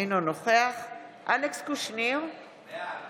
אינו נוכח אלכס קושניר, בעד